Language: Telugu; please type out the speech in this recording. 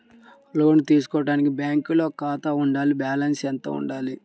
లోను తీసుకోవడానికి బ్యాంకులో ఖాతా ఉండాల? బాలన్స్ ఎంత వుండాలి?